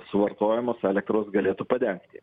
suvartojamos elektros galėtų padengti